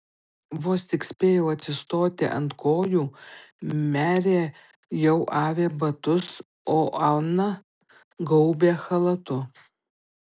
vos tik spėjau atsistoti ant kojų merė jau avė batus o ana gaubė chalatu